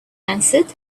answered